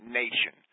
nation